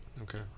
Okay